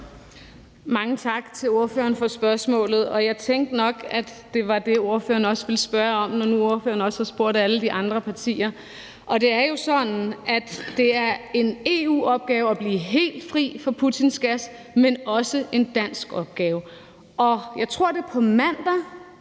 Mange tak til ordføreren for spørgsmålet. Jeg tænkte nok, at det var det, ordføreren vil spørge om, når han nu også har spurgt alle de andre ordførere om det. Det er jo sådan, at det er en EU-opgave at blive helt fri for Putins gas, men det er også en dansk opgave. Jeg tror, det er på mandag,